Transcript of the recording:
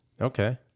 Okay